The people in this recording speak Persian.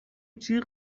جیغ